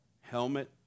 Helmet